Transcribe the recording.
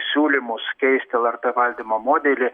siūlymus keisti lrt valdymo modelį